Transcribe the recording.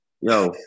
yo